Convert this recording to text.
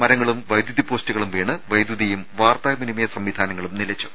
മരങ്ങളും വൈദ്യുതിപോസ്റ്റുകളും വീടുകൾ വീണ് വൈദ്യുതിയും വാർത്താ വിനിമയ സംവിധാനങ്ങളും നിലച്ചു